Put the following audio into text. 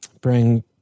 bring